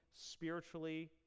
spiritually